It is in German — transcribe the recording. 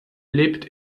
lebt